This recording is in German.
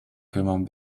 kümmern